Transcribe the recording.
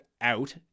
out